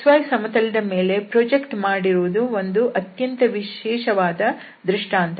xy ಸಮತಲದ ಮೇಲೆ project ಮಾಡಿರುವುದು ಒಂದು ಅತ್ಯಂತ ವಿಶೇಷವಾದ ದೃಷ್ಟಾಂತ